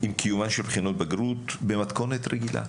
עם קיומן של בחינות בגרות במתכונת רגילה.